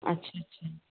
अच्छा अच्छा